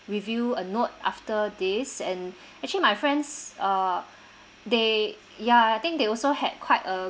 review a note after this and actually my friends uh they ya I think they also had quite a